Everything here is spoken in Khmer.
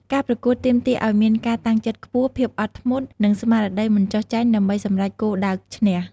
ការប្រកួតទាមទារឱ្យមានការតាំងចិត្តខ្ពស់ ភាពអត់ធ្មត់ និងស្មារតីមិនចុះចាញ់ដើម្បីសម្រេចគោលដៅឈ្នះ។